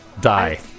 Die